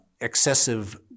excessive